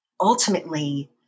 ultimately